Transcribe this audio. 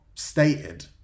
Stated